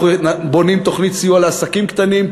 אנחנו בונים תוכנית סיוע לעסקים קטנים,